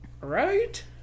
Right